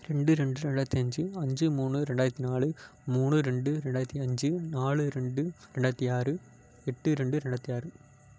ரெண்டு ரெண்டு ரெண்டாயிரத்தி அஞ்சு அஞ்சு மூணு ரெண்டாயிரத்தி நாலு மூணு ரெண்டு ரெண்டாயிரத்தி அஞ்சு நாலு ரெண்டு ரெண்டாயிரத்தி ஆறு எட்டு ரெண்டு ரெண்டாயிரத்தி ஆறு